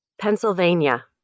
Pennsylvania